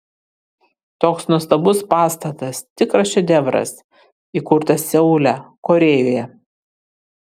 toks nuostabus pastatas tikras šedevras įkurtas seule korėjoje